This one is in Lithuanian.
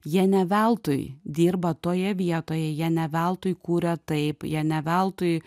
jie ne veltui dirba toje vietoje jie ne veltui kuria taip jie ne veltui